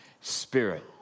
Spirit